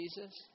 Jesus